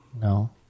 No